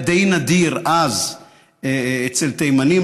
היה די נדיר אז אצל תימנים,